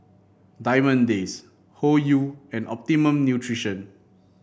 Diamond Days Hoyu and Optimum Nutrition